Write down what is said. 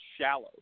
shallow